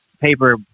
paper